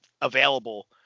available